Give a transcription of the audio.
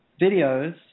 videos